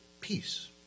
peace